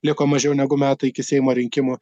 liko mažiau negu metai iki seimo rinkimų